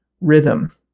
rhythm